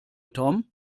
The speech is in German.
tom